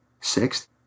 Sixth